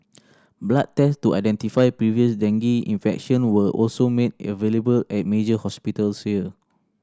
blood test to identify previous dengue infection were also made available at major hospitals here